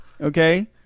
okay